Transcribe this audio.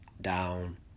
down